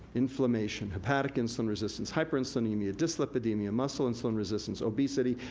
inflammation, hepatic insulin resistance, hyperinsulinemia, dyslipidemia, muscle insulin resistance, obesity,